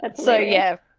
and so yeah.